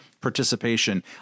participation